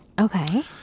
okay